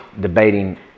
debating